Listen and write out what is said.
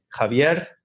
Javier